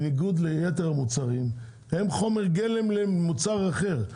בניגוד ליתר המוצרים, הם חומר גלם למוצר אחר.